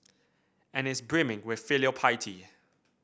and is brimming with filial piety